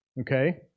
Okay